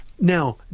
Now